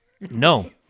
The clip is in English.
No